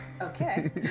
Okay